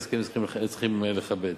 והסכם צריך לכבד.